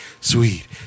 sweet